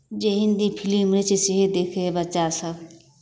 जे हिन्दी फिलिम रहै छै सएह देखै हइ बच्चासभ